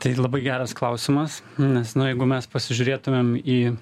tai labai geras klausimas nes nu jeigu mes pasižiūrėtumėm į